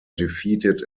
defeated